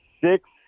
six